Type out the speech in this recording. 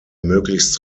möglichst